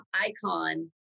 icon